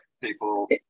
people